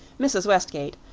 mrs. westgate,